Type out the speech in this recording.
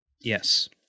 Yes